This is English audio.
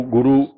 Guru